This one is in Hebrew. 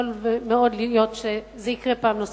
יכול מאוד להיות שזה יקרה פעם נוספת.